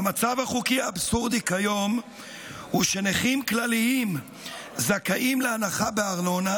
המצב החוקי האבסורדי כיום הוא שנכים כלליים זכאים להנחה בארנונה,